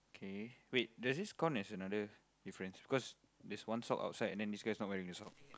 k wait does this count as another difference because there's one sock outside and this guy's not wearing a sock